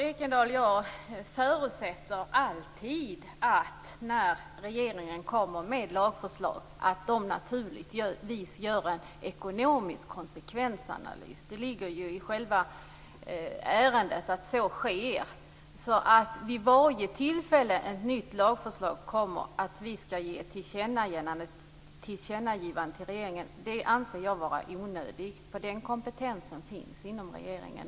Fru talman! Jag förutsätter naturligtvis alltid, Maud Ekendahl, att regeringen när den lägger fram lagförslag har gjort en ekonomisk konsekvensanalys. Det ingår i ärendegången att så sker. Jag anser det vara onödigt att vi vid varje tillfälle som ett lagförslag läggs fram skall göra ett sådant här tillkännagivande till regeringen. Den kompetensen och ävenså den medvetenheten finns inom regeringen.